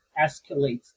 escalates